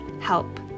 help